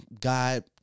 God